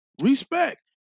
Respect